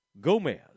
gomez